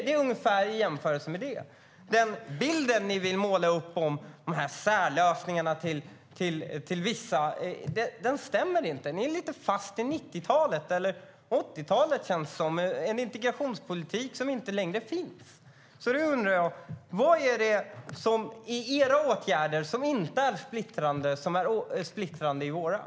Det är ungefär samma sak. Då undrar jag: Vad är det i era åtgärder som inte är splittrande, och vad är det som är splittrande i våra?